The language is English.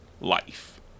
life